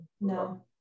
No